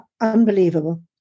unbelievable